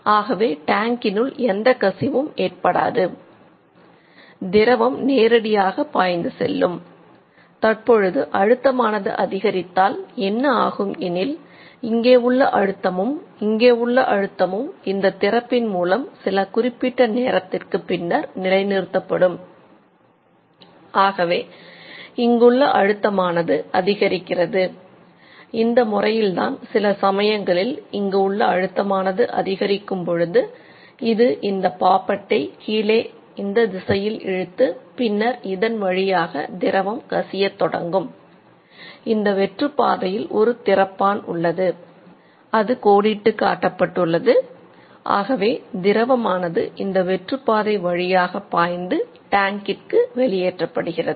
ஆகவே இங்குள்ள அழுத்தமானது வெளியேற்றப்படுகிறது